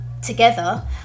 together